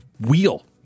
wheel